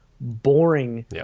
Boring